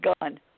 gone